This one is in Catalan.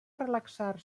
relaxar